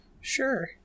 Sure